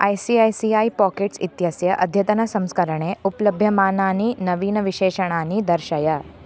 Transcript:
I C I C I Pockets इत्यस्य अद्यतनसंस्करणे उप्लभ्यमानानि नवीनविशेषणानि दर्शय